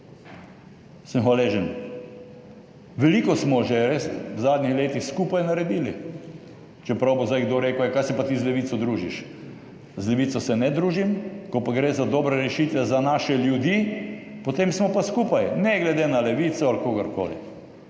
Sem hvaležen. Veliko smo že res v zadnjih letih skupaj naredili. Čeprav bo zdaj kdo rekel, ja kaj se pa ti z Levico družiš. Z Levico se ne družim, ko pa gre za dobre rešitve za naše ljudi, potem smo pa skupaj, ne glede na Levico ali kogarkoli.